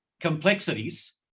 complexities